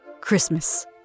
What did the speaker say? Christmas